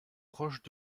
proches